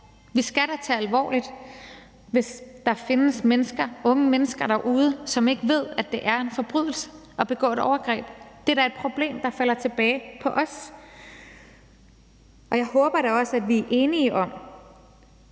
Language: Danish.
Vi skal da tage alvorligt, hvis der findes unge mennesker derude, som ikke ved, at det er en forbrydelse at begå et overgreb. Det er da et problem, der falder tilbage på os. Jeg håber da også, at vi er enige om,